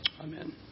Amen